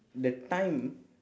the time